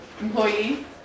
employee